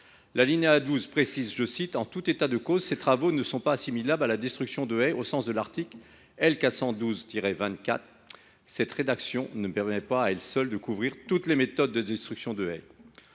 article dispose :« En tout état de cause, ces travaux ne sont pas assimilables à la destruction de haie au sens de l’article L. 412 24. » Or cette rédaction ne permet pas à elle seule de couvrir toutes les méthodes de destruction. Ainsi,